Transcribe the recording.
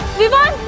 vivaan!